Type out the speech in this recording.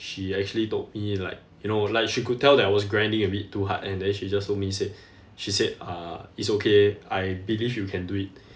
she actually told me like you know like she could tell that I was grinding a bit too hard and then she just told me said she said uh it's okay I believe you can do it